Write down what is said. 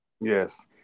Yes